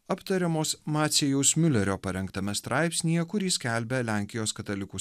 aptariamos macijaus miulerio parengtame straipsnyje kurį skelbia lenkijos katalikų